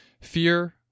Fear